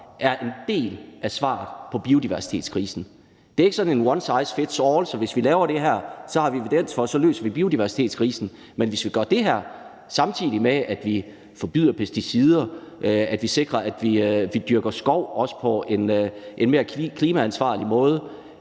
er en del af svaret på biodiversitetskrisen. Det er ikke sådan en one size fits all, så vi har evidens for, hvis vi laver det her, at vi løser biodiversitetskrisen. Men hvis vi gør det her, samtidig med at vi forbyder pesticider og sikrer, at vi dyrker skov også på en mere klimaansvarlig måde,